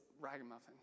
ragamuffin